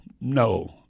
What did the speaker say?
no